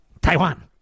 Taiwan